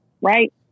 right